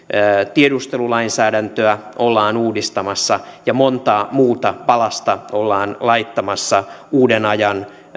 tiedustelulainsäädäntöä ollaan uudistamassa ja montaa muuta palasta ollaan laittamassa uuden ajan